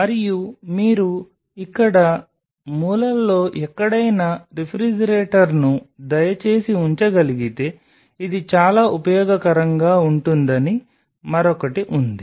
మరియు మీరు ఇక్కడ మూలలో ఎక్కడైనా రిఫ్రిజిరేటర్ను దయచేసి ఉంచగలిగితే ఇది చాలా ఉపయోగకరంగా ఉంటుందని మరొకటి ఉంది